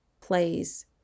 plays